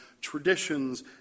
traditions